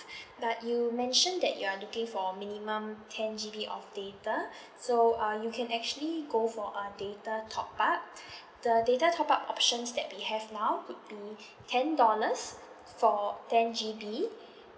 like you mentioned that you are looking for minimum ten G_B of data so uh you can go for a data top up the data top up options that we have now would be ten dollars for ten G_B